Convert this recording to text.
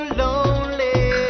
lonely